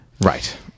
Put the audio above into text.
Right